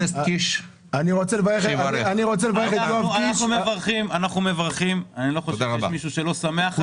אני רוצה להגיד לוועדה הנכבדה הזאת שאין ייצור מתכת ללא שמנים.